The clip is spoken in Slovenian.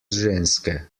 ženske